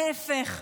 ההפך,